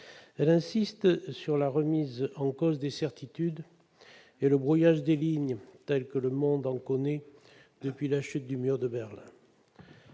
On y insiste sur la remise en cause des certitudes et le brouillage des lignes, comme le monde en connaît depuis la chute du mur de Berlin.